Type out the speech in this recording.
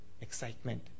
excitement